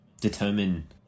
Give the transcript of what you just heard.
determine